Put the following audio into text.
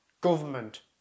government